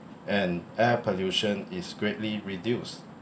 and air pollution is greatly reduced